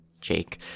Jake